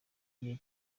gihe